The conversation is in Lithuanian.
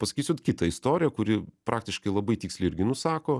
pasakysiu kitą istoriją kuri praktiškai labai tiksliai irgi nusako